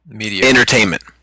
entertainment